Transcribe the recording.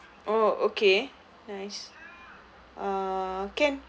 oh okay nice uh can